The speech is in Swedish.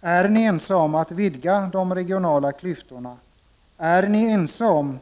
Är ni ense om att vidga de regionala klyftorna? Är ni ense om